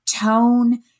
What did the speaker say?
tone